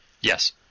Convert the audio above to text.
Yes